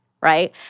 right